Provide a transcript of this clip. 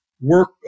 work